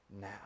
now